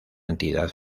entidad